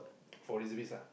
for reservist ah